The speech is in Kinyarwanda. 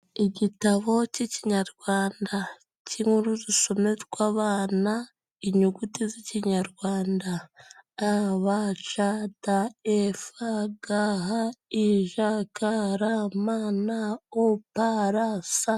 Igitabo k'ikinyarwanda, k'inkuru zisomerwa abana inyuguti z'ikinyarwanda: a,b,c,d,e,f,g,h,i,j,k,l,m,n,o,p,r,s.